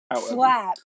Slap